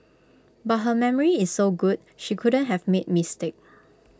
but her memory is so good she couldn't have made mistake